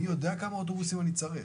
אני יודע כמה אוטובוסים אני צריך.